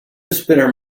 spinner